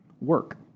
work